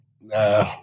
nah